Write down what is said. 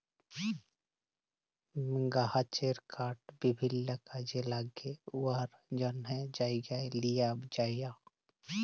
গাহাচের কাঠ বিভিল্ল্য কাজে ল্যাগে উয়ার জ্যনহে জায়গায় লিঁয়ে যাউয়া